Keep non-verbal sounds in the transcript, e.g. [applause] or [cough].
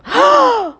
[noise]